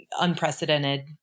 unprecedented